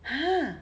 !huh!